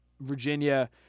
Virginia